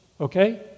Okay